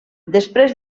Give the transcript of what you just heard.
després